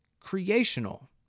creational